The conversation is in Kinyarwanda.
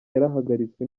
yarahagaritswe